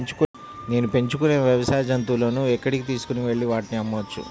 నేను పెంచుకొనే వ్యవసాయ జంతువులను ఎక్కడికి తీసుకొనివెళ్ళి వాటిని అమ్మవచ్చు?